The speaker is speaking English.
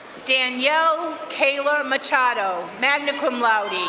danielle kaler machado, magna cum laude,